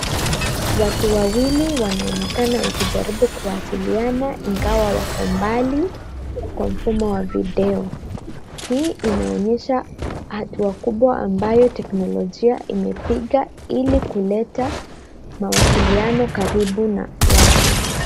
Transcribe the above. Watu Wawili wanaonekana wakijaribu kuwasiliana ingawa wako mbali kwa mfumo wa video. Hii inaonyesha hatua kubwa ambayo teknolojia imepiga ili kuleta mawasiliano karibu na watu.